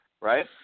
right